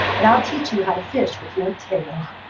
but i'll teach you how to fish with your tail.